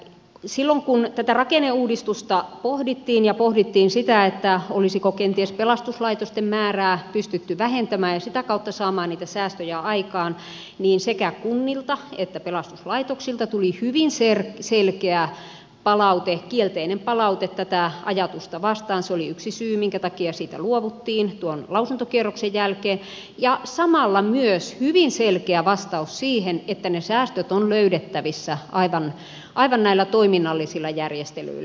silloin kun tätä rakenneuudistusta pohdittiin ja pohdittiin sitä olisiko kenties pelastuslaitosten määrää pystytty vähentämään ja sitä kautta saamaan niitä säästöjä aikaan niin sekä kunnilta että pelastuslaitoksilta tuli hyvin selkeä kielteinen palaute tätä ajatusta vastaan se oli yksi syy minkä takia siitä luovuttiin tuon lausuntokierroksen jälkeen ja samalla myös hyvin selkeä vastaus siihen että ne säästöt ovat löydettävissä aivan näillä toiminnallisilla järjestelyillä